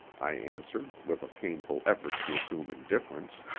i answered, with a painful effort to assume indifference.